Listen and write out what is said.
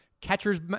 catcher's